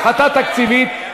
הפחתה תקציבית.